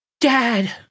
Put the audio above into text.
Dad